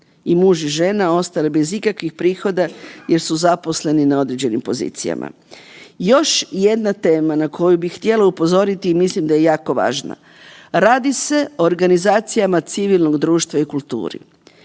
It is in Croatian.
i muž i žena ostali bez ikakvih prihoda jer su zaposleni na određenim pozicijama. Još jedna tema na koju bih htjela upozoriti i mislim da je jako važna. Radi se o organizacijama civilnog društva i kulturi.